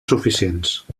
suficients